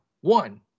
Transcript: One